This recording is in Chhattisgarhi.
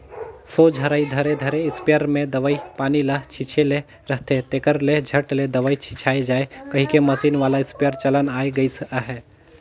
सोझ हरई धरे धरे इस्पेयर मे दवई पानी ल छीचे ले रहथे, तेकर ले झट ले दवई छिचाए जाए कहिके मसीन वाला इस्पेयर चलन आए गइस अहे